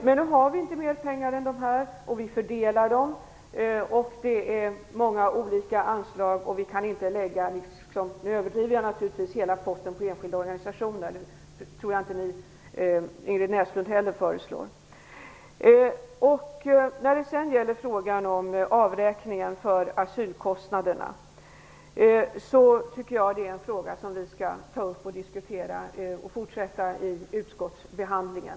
Men vi har inte mer pengar än så här, och vi fördelar dem. Det är många olika anslag, och vi kan inte lägga - nu överdriver jag naturligtvis - hela potten på enskilda organisationer. Jag tror inte heller att Ingrid Näslund föreslår det. Frågan om avräkningen för asylkostnaderna kan vi ta upp och fortsätta att diskutera vid utskottsbehandlingen.